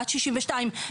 בת 62,